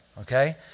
Okay